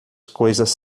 coisas